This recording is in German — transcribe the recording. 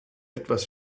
etwas